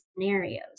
scenarios